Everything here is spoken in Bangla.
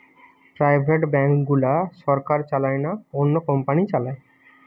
প্রাইভেট ব্যাঙ্ক গুলা সরকার চালায় না, অন্য কোম্পানি চালায়